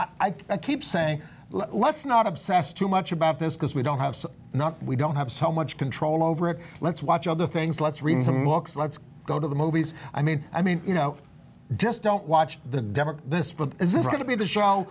think i keep saying let's not obsess too much about this because we don't have not we don't have so much control over it let's watch other things let's read some books let's go to the movies i mean i mean you know just don't watch the this is this going to be the show